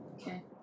Okay